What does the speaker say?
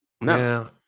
no